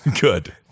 good